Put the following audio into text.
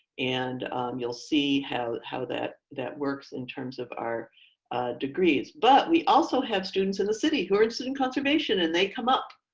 and you'll see how how that that works in terms of our degrees. but we also have students in the city who are in student conservation and they come up,